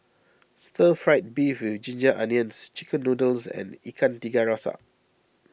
Stir Fried Beef with Ginger Onions Chicken Noodles and Ikan Tiga Rasa